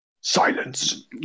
Silence